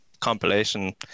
compilation